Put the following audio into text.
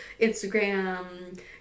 Instagram